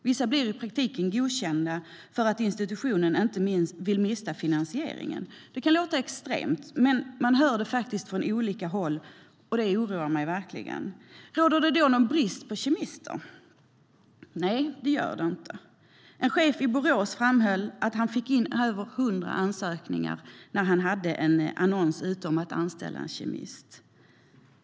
Vissa blir i praktiken godkända för att institutionen inte vill mista finansiering. Det kan låta extremt, men man hör det faktiskt från olika håll. Det oroar mig verkligen. Råder det då någon brist på kemister? Nej, det gör det inte. En chef i Borås framhöll att han fick in över hundra ansökningar när han hade en annons ute om att anställa en kemist.